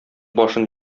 башын